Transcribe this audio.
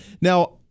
Now